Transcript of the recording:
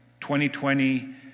2020